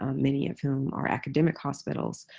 ah many of whom are academic hospitals,